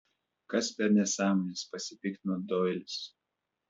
kas per nesąmonės pasipiktino doilis